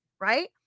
right